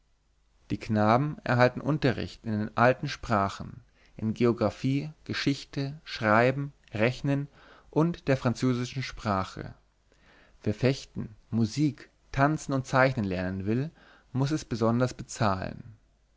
die knaben erhalten unterricht in den alten sprache in geographie geschichte schreiben rechnen und der französischen sprache wer fechten musik tanzen und zeichnen lernen will muß es besonders bezahlen